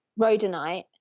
rhodonite